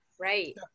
right